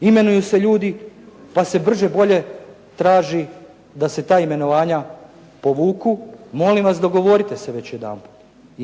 imenuju se ljudi pa se brže-bolje traži da se ta imenovanja povuku. Molim vas dogovorite se već jedanput,